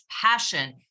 passion